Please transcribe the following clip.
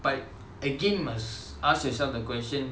but again must ask yourself the question